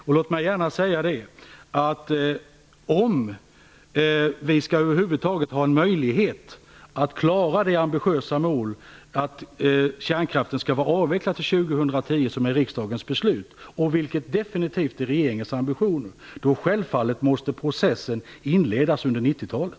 För att vi över huvud taget skall ha en möjlighet att klara det ambitiösa målet att kärnkraften skall vara avvecklad till 2010, som ju är riksdagens beslut och som definitivt är regeringens ambition, måste processen självfallet inledas under 90-talet.